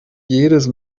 jedes